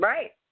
Right